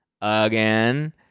again